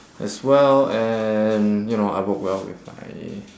as well and you know I work well with my